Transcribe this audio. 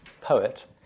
poet